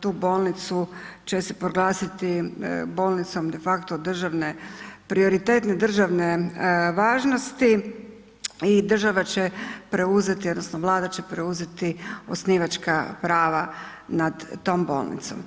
tu bolnicu će se proglasiti bolnicom de facto državne, prioritetne državne važnosti i država će preuzeti odnosno Vlada će preuzeti osnivačka prava nad tom bolnicom.